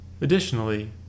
Additionally